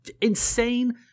insane